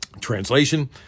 Translation